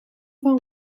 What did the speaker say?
van